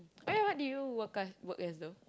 oh ya what did you work as work as though